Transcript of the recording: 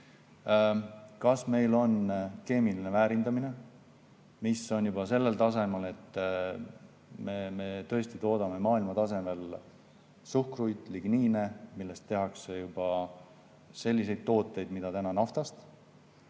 on meil keemiline väärindamine juba sellel tasemel, et me tõesti toodame maailmatasemel suhkruid, ligniine, millest tehakse selliseid tooteid, mida praegu